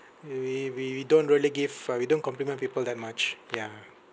we we we don't really give uh we don't compliment people that much ya